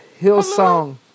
Hillsong